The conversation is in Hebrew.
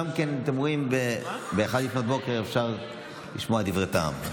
אתם רואים, גם ב-01:00 אפשר לשמוע דברי טעם.